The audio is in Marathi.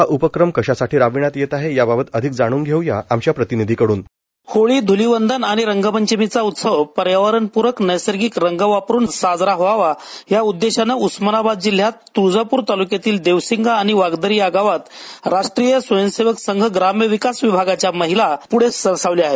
हा उपक्रम कश्यासाठी राबविण्यात येत आहे या बाबत अधिक जाणून घेऊया आमच्या प्रतिनिधी कडून साऊंड बाईट होळी ध्लीवंदन आणि रंगपंचमी हा रंगांचा उत्सव पर्यावरण पूरक नैसर्गिक रंग वापरून साजरा व्हावा या उददेशाने उस्मानाबाद जिल्ह्यात त्वळजाप्र तालुक्यातील देवसिंगा आणि वागदरी या गावात राष्ट्रीय स्वयंसेवक संघ ग्रामविकास विभाग महिला बचत गटाच्या महिला पुढे सरसावल्या आहेत